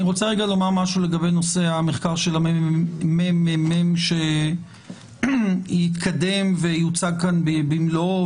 אני רוצה לומר משהו לגבי נושא המחקר של הממ"מ שיתקדם ויוצג כאן במלואו,